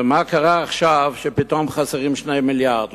ומה קרה עכשיו שפתאום חסרים 2 מיליארדים?